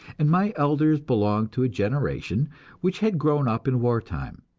and my elders belonged to a generation which had grown up in war time.